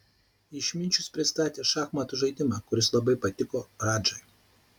išminčius pristatė šachmatų žaidimą kuris labai patiko radžai